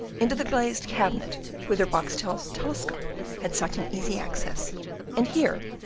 into the glazed cabinet whither boxtel's telescope had such an easy access and here,